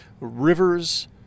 rivers